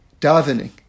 davening